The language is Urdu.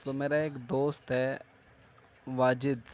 تو میرا ایک دوست ہے واجد